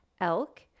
elk